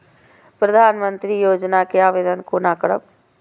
प्रधानमंत्री योजना के आवेदन कोना करब?